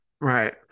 Right